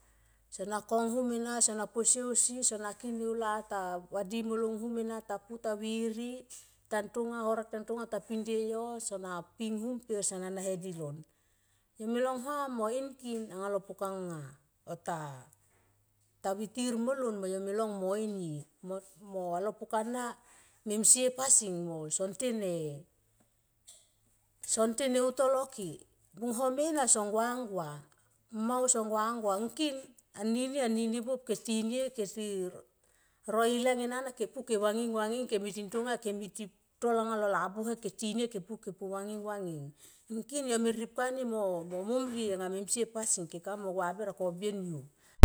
Sona kong hum ena sona posie ausi sona kin e ula ta vadi molong hum ena pe ta pu ta viri tan tonga horek tan tanga ta pin de yo sona ping hum pe sana nahe di lon. Yo me long huam mo inie mo alo pukana memsie pasing oh sen te neutol ohke. Bung home na songgua gua ngkin anini, anini buop ke tinie ke ti ro iteng ena na ke vanging vanging kem mi tin tonga kem miti tol anga lo labuhe ke tinie ke pu ke vanging, vanging ngkin yo me repkani mo mom rie ang me msie pasing ke ka mui mo gua ber a koble niu.